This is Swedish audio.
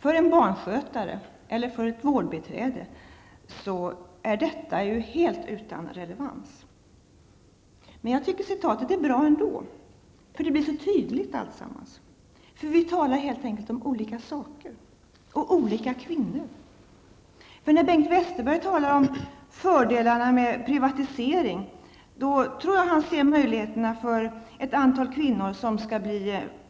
För en barnskötare eller för ett vårdbiträde är detta helt utan relevans. Jag tycker ändå att citatet är bra. Allt blir så tydligt. Vi talar helt enkelt om olika saker och olika kvinnor. När Bengt Westerberg talar om fördelarna med privatisering tror jag att han ser möjligheterna för ett antal kvinnor som skall bli